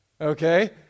okay